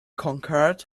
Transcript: conquered